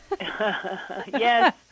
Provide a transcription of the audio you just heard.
Yes